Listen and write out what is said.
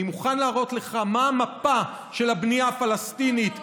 אני מוכן להראות לך את המפה של הבנייה הפלסטינית ב-2009,